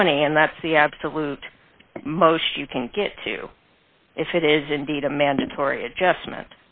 twenty and that's the absolute most you can get to if it is indeed a mandatory adjustment